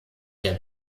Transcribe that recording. der